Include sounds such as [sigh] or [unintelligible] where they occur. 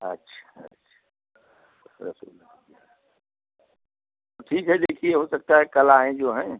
अच्छा अच्छा [unintelligible] तो ठीक है देखिए हो सकता है कल आएँ जो हैं